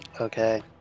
Okay